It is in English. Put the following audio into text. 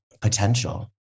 potential